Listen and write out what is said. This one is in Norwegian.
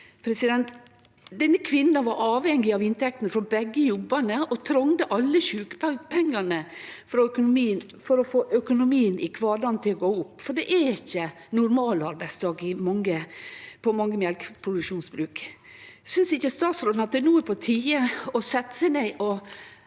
nattevaktene. Denne kvinna var avhengig av inntektene frå begge jobbane og trong alle sjukepengane for å få økonomien i kvardagen til å gå opp, for det er ikkje normalarbeidsdag på mange mjølkeproduksjonsbruk. Synest ikkje statsråden at det no er på tide å setje seg ned og